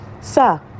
Sir